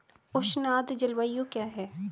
उष्ण आर्द्र जलवायु क्या है?